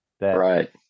Right